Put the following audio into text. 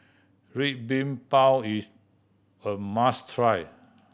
Red Bean Bao is a must try